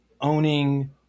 owning